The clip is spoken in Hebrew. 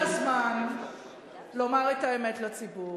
אבל הגיע הזמן לומר את האמת לציבור.